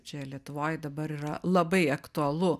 čia lietuvoj dabar yra labai aktualu